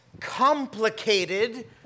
complicated